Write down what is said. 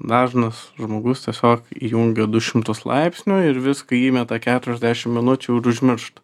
dažnas žmogus tiesiog įjungia du šimtus laipsnių ir viską įmeta keturiasdešimt minučių ir užmiršta